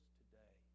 today